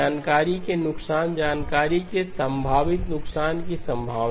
जानकारी के नुकसान जानकारी के संभावित नुकसान की संभावना